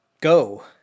Go